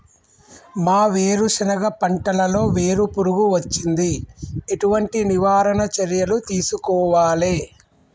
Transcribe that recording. మా వేరుశెనగ పంటలలో వేరు పురుగు వచ్చింది? ఎటువంటి నివారణ చర్యలు తీసుకోవాలే?